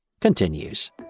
continues